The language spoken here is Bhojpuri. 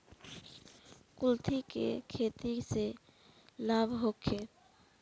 कुलथी के खेती से लाभ होखे?